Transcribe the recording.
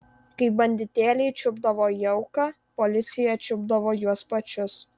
kai banditėliai čiupdavo jauką policija čiupdavo juos pačius